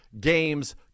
games